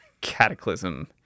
cataclysm